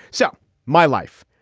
so my life,